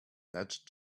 nudge